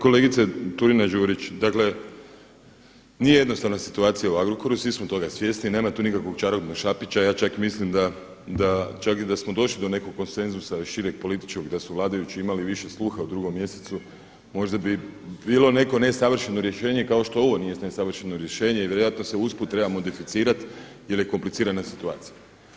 Kolegice Turina-Đurić, dakle nije jednostavna situacija u Agrokoru, svi smo toga svjesni i nema tu nikakvog čarobnog štapića, ja čak mislim da čak i da smo došli do nekog konsenzusa, šireg političkog i da su vladajući imali više sluha u 2. mjesecu možda bi bilo neko nesavršeno rješenje kao što ovo nije nesavršeno rješenje i vjerojatno se usput treba modificirati jer je komplicirana situacija.